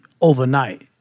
overnight